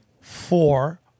four